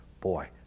Boy